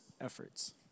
efforts